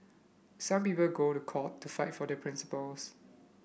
some people go to court to fight for their principles